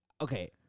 Okay